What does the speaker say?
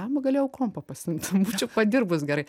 blemba galėjau kompą pasiimt būčiau padirbus gerai